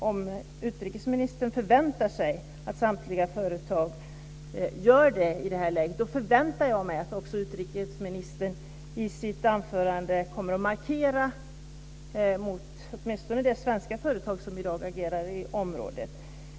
Om utrikesministern förväntar sig att samtliga företag gör det i det här läget, förväntar jag mig att utrikesministern i sitt inlägg gör en markering mot åtminstone det svenska företag som i dag agerar i området.